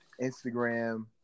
Instagram